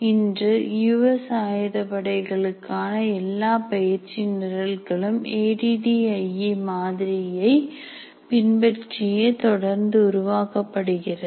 இன்று யுஎஸ் ஆயுதப்படை களுக்கான எல்லா பயிற்சி நிரல்களும் A D D I E மாதிரியை பின் பற்றியே தொடர்ந்து உருவாக்கப்படுகிறது